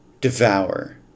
devour